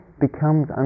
becomes